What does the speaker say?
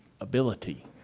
ability